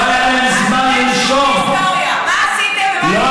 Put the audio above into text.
אני זוכר שנים קודמות,